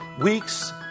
weeks